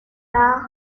tard